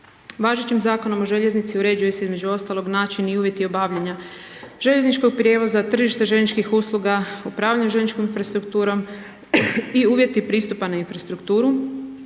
Važećim Zakonom o željeznici uređuje se između ostalog način i uvjeti obavljanja željezničkog prijevoza, tržišta željezničkih usluga, upravljanje željezničkom infrastrukturom i uvjeti pristupa na infrastrukturu,